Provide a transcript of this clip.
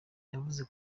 yavuze